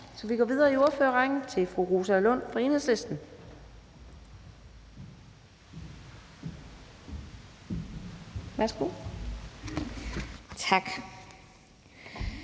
så vi går videre i ordførerrækken til fru Rosa Lund fra Enhedslisten. Værsgo. Kl.